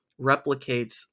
replicates